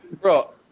Bro